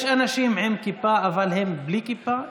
יש אנשים עם כיפה אבל הם בלי כיפה,